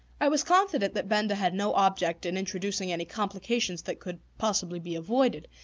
i was confident that benda had no object in introducing any complications that could possibly be avoided,